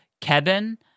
Kevin